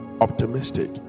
Optimistic